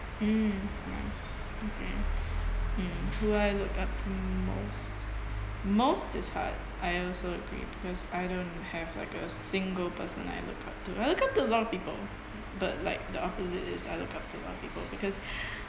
mm nice okay hmm who I look up to most most is hard I also agree because I don't have like a single person I look up to I look up to a lot of people but like the opposite is I look up to a lot of people because